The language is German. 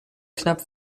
knapp